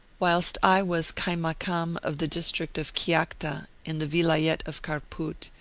whilst i was kaimakam of the district of kiakhta, in the vilayet of kharpout,